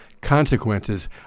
consequences